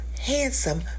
handsome